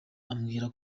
ambwira